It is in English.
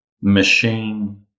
machine